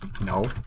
No